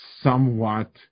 somewhat